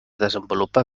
desenvolupa